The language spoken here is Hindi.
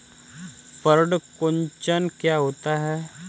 पर्ण कुंचन क्या होता है?